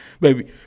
baby